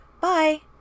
Bye